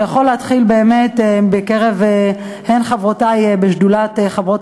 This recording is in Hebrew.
שיכול להתחיל הן בקרב חברותי בשדולת חברות